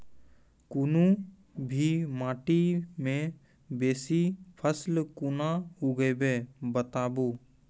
कूनू भी माटि मे बेसी फसल कूना उगैबै, बताबू?